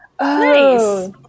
Nice